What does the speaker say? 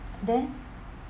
then